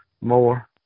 More